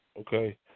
Okay